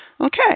okay